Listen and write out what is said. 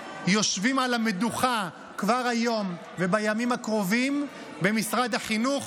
יושבים על המדוכה כבר היום ובימים הקרובים במשרד החינוך.